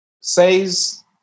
says